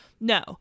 No